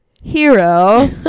hero